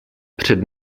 před